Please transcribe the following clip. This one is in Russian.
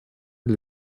для